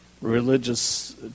religious